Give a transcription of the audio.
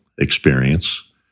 experience